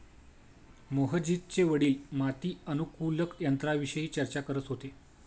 मोहजितचे वडील माती अनुकूलक यंत्राविषयी चर्चा करत होते